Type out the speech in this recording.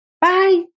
bye